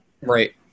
Right